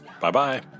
Bye-bye